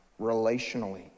relationally